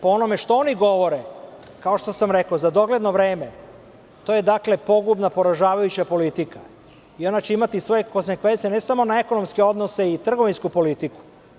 Po onome što oni govore, kao što sam rekao, za dogledno vreme, a to je pogubna i poražavajuća politika i ona će imati svoje konsekvence ne samo na ekonomske odnose i trgovinsku politiku.